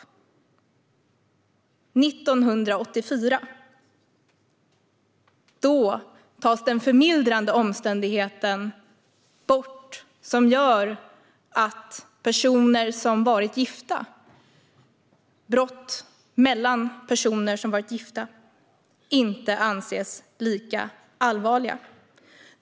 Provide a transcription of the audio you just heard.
År 1984 togs den förmildrande omständighet bort som gjorde att brott mellan personer som var gifta inte ansågs lika allvarliga.